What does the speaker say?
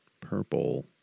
purple